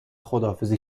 خداحافظی